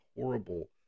horrible